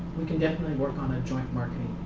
we can definitely work on the joint marketing.